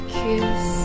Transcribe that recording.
kiss